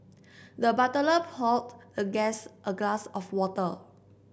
the butler poured the guest a glass of water